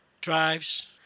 drives